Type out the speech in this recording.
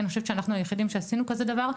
אני חושבת שאנחנו היחידים שעשינו כזה דבר.